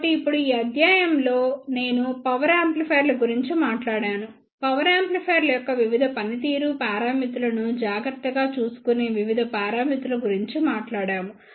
కాబట్టి ఇప్పుడు ఈ అధ్యాయం లో నేను పవర్ యాంప్లిఫైయర్ల గురించి మాట్లాడాను పవర్ యాంప్లిఫైయర్ల యొక్క వివిధ పనితీరు పారామితులను జాగ్రత్తగా చూసుకునే వివిధ పారామితుల గురించి మాట్లాడాము